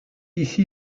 ici